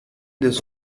this